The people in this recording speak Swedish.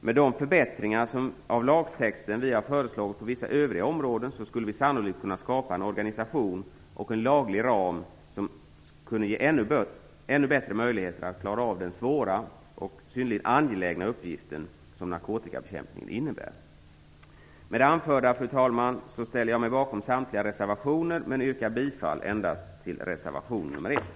Med de förbättringar av lagtexten vi föreslagit på vissa övriga områden, skulle man sannolikt kunna skapa en organisation och en laglig ram som skulle kunna ge ännu bättre möjligheter att klara av den svåra och synnerligen angelägna uppgiften som narkotikabekämpningen innebär. Fru talman! Med det anförda ställer jag mig bakom samtliga moderata reservationer, men yrkar bifall endast till reservation nr 1.